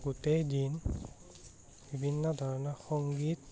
গোটেই দিন বিভিন্ন ধৰণৰ সংগীত